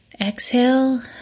Exhale